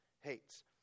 hates